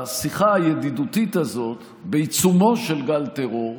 בשיחה הידידותית הזאת בעיצומו של גל טרור,